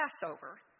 Passover